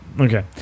Okay